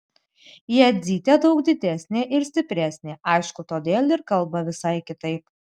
jadzytė daug didesnė ir stipresnė aišku todėl ir kalba visai kitaip